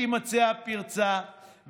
תימצא הפרצה,